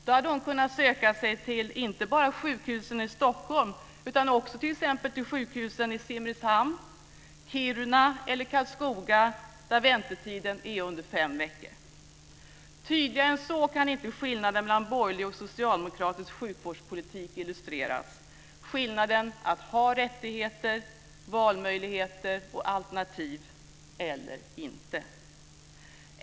Då hade hon kunnat söka sig till inte bara sjukhusen i Stockholm utan också t.ex. till sjukhusen i Simrishamn, Kiruna eller Karlskoga, där väntetiden är under fem veckor. Tydligare än så kan inte skillnaden mellan borgerlig och socialdemokratisk sjukvårdspolitik illustreras, dvs. skillnaden i att ha rättigheter, valmöjligheter och alternativ - eller inte.